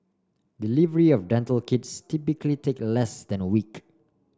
delivery of dental kits typically take a less than a week